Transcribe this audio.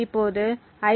இப்போது ஐ